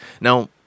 Now